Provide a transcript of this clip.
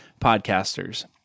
podcasters